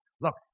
Look